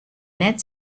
net